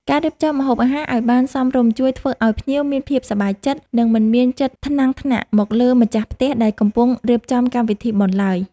ការរៀបចំម្ហូបអាហារឱ្យបានសមរម្យជួយធ្វើឱ្យភ្ញៀវមានភាពសប្បាយចិត្ត និង មិនមានចិត្តថ្នាំងថ្នាក់មកលើម្ចាស់ផ្ទះដែលកំពុងរៀបចំកម្មវិធីបុណ្យឡើយ។